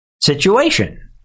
situation